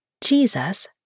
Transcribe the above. Jesus